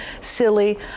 silly